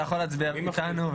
אתה יכול להצביע איתנו.